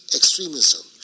extremism